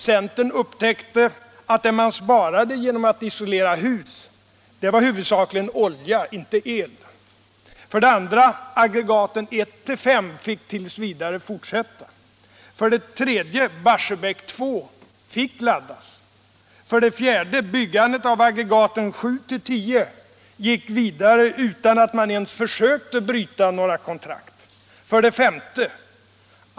Centern upptäckte att det man sparade genom att isolera hus var huvudsakligen olja, inte el. 4. Byggandet av aggregaten 7-10 gick vidare utan att man ens försökte bryta några kontrakt. 5.